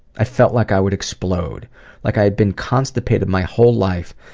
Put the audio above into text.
i felt like i would explode like i had been constipated my whole life,